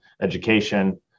education